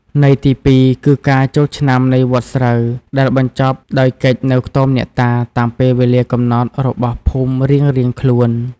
ន័យទី ២ គឺការចូលឆ្នាំនៃវដ្តស្រូវ ដែលបញ្ចប់ដោយកិច្ចនៅខ្ទមអ្នកតា តាមពេលវេលាកំណត់របស់ភូមិរៀងៗខ្លួន។